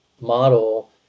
model